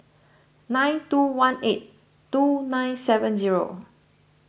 nine two one eight two nine seven zero